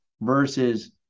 versus